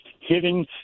hitting